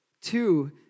Two